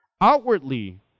Outwardly